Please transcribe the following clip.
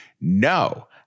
No